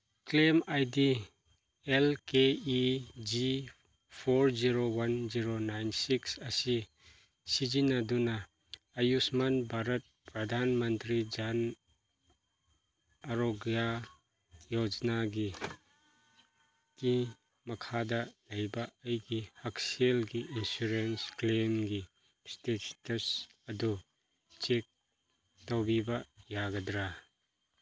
claim I D L K E G four zero one zero nine six ꯑꯁꯤ ꯁꯤꯖꯤꯟꯅꯗꯨꯅ ꯑꯌꯨꯁꯃꯥꯟ ꯚꯥꯔꯠ ꯄ꯭ꯔꯙꯥꯟ ꯃꯟꯇ꯭ꯔꯤ ꯖꯥꯟ ꯑꯔꯣꯒ꯭ꯌꯥ ꯌꯣꯖꯅꯥꯒꯤ ꯀꯤ ꯃꯈꯥꯗ ꯂꯩꯕ ꯑꯩꯒꯤ ꯍꯛꯁꯦꯜꯒꯤ ꯏꯟꯁꯨꯔꯦꯟꯁ ꯀ꯭ꯂꯦꯝꯒꯤ ꯏꯁꯇꯦꯇꯁ ꯑꯗꯨ ꯆꯦꯛ ꯇꯧꯕꯤꯕ ꯌꯥꯒꯗ꯭ꯔꯥ